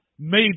made